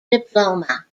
diploma